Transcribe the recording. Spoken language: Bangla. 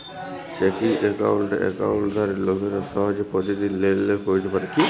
চেকিং একাউল্টে একাউল্টধারি লোকেরা সহজে পতিদিল লেলদেল ক্যইরতে পারে